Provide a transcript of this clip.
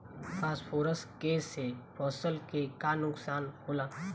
Phosphorus के से फसल के का नुकसान होला?